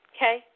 Okay